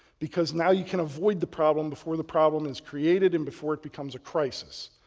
because now you can avoid the problem before the problem is created and before it becomes a crisis.